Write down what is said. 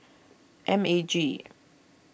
M A G